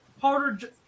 harder